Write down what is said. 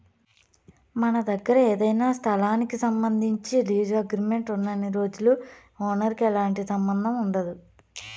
మన దగ్గర ఏదైనా స్థలానికి సంబంధించి లీజు అగ్రిమెంట్ ఉన్నన్ని రోజులు ఓనర్ కి ఎలాంటి సంబంధం ఉండదు